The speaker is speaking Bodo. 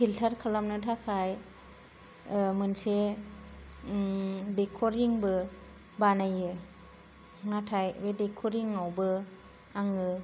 फिलतार खालामो थाखाय मोनसे दैखर रिं बो बानायो नाथाय बे दैखर रिङायावबो आङो